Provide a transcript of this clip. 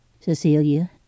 cecilia